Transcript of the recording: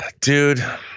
Dude